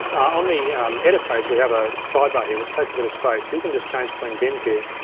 on the edit page, we have a sidebar here, which takes a bit of space, so you can just change between bins here.